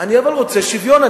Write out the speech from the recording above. אבל אני רוצה שוויון.